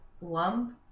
lump